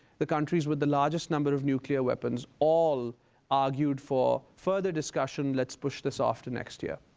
the countries with the largest number of nuclear weapons all argued for further discussion let's push this off to next year.